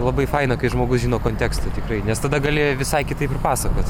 labai faina kai žmogus žino kontekstą tikrai nes tada gali visai kitaip ir pasakot